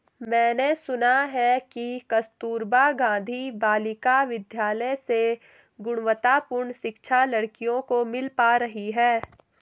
मैंने सुना है कि कस्तूरबा गांधी बालिका विद्यालय से गुणवत्तापूर्ण शिक्षा लड़कियों को मिल पा रही है